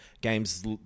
games